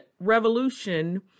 revolution